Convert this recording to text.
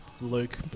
Luke